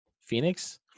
Phoenix